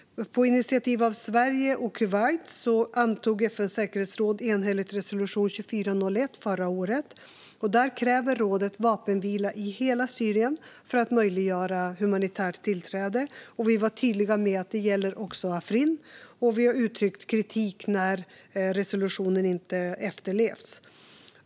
På initiativ av Sverige och Kuwait antog FN:s säkerhetsråd enhälligt resolution 2401 förra året. Där kräver rådet vapenvila i hela Syrien för att möjliggöra humanitärt tillträde. Vi var tydliga med att detta också gäller Afrin, och vi har uttryckt kritik när resolutionen inte efterlevts.